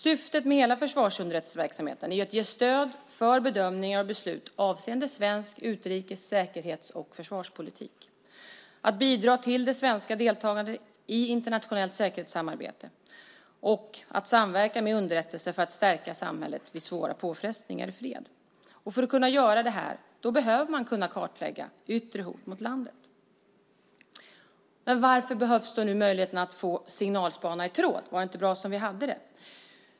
Syftet med hela försvarsunderrättelseverksamheten är att ge stöd för bedömningar och beslut avseende svensk utrikes-, säkerhets och försvarspolitik, att bidra till det svenska deltagandet i internationellt säkerhetssamarbete och att samverka med underrättelser för att stärka samhället vid svåra påfrestningar i fred. För att kunna göra detta behöver man kunna kartlägga yttre hot mot landet. Varför behövs då möjligheten att få signalspana i tråd? Var det inte bra som vi hade det?